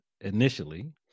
initially